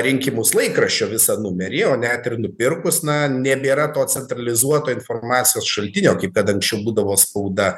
rinkimus laikraščio visą numerį o net ir nupirkus na nebėra to centralizuoto informacijos šaltinio kaip kad anksčiau būdavo spauda